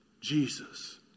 Jesus